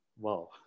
Wow